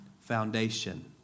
foundation